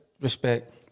respect